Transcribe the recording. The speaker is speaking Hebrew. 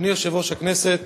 אדוני יושב-ראש הכנסת,